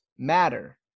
matter